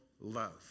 love